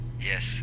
Yes